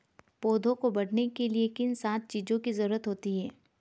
पौधों को बढ़ने के लिए किन सात चीजों की जरूरत होती है?